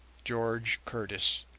george curtis